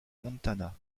montana